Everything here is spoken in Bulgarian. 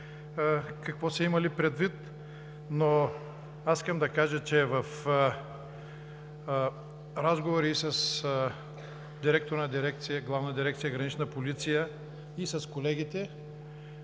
какво са имали предвид, но аз искам да кажа, че от разговори с директора на Главна дирекция „Гранична полиция“ и с колегите,